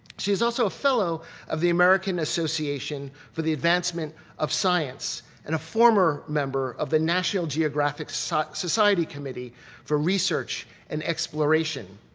she is also a fellow of the american association for the advancement of science and a former member of the national geographic society committee for research and exploration.